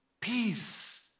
peace